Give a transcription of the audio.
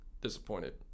Disappointed